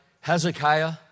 Hezekiah